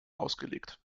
ausgelegt